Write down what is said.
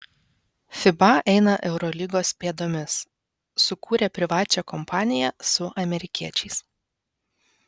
fiba eina eurolygos pėdomis sukūrė privačią kompaniją su amerikiečiais